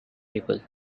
people